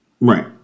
Right